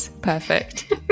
Perfect